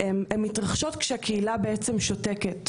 פגיעות מיניות ומגדריות מתרחשות כשהקהילה שותקת,